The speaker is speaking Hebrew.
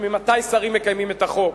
שממתי שרים מקיימים את החוק?